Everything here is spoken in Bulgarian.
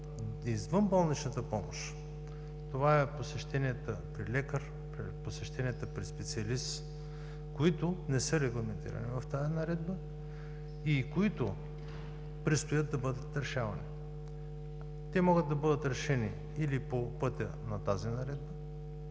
извънболничната помощ. Това са посещенията при лекар, посещенията при специалист, които не са регламентирани в Наредбата и които предстоят да бъдат решавани. Те могат да бъдат решени или по пътя на тази Наредба,